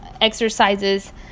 exercises